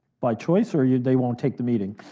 by choice, or yeah they won't take the meeting?